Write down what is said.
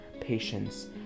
patience